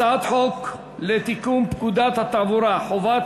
הצעת חוק לתיקון פקודת התעבורה (חובת